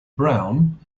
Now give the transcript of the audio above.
brown